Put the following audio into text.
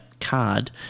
card